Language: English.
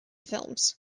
films